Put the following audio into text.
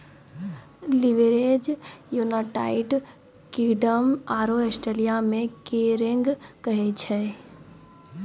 leverage के United Kingdom आरो Australia मे गियरिंग कहै छै